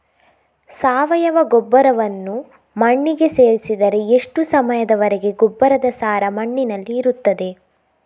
ಸಾವಯವ ಗೊಬ್ಬರವನ್ನು ಮಣ್ಣಿಗೆ ಸೇರಿಸಿದರೆ ಎಷ್ಟು ಸಮಯದ ವರೆಗೆ ಗೊಬ್ಬರದ ಸಾರ ಮಣ್ಣಿನಲ್ಲಿ ಇರುತ್ತದೆ?